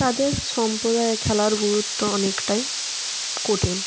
তাদের সম্প্রদায়ে খেলার গুরুত্ব অনেকটাই কঠিন